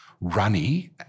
Runny